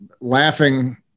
laughing